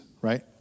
right